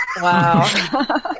Wow